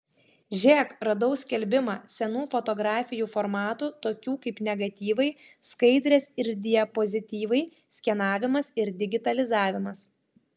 žėk radau skelbimą senų fotografijų formatų tokių kaip negatyvai skaidrės ir diapozityvai skenavimas ir digitalizavimas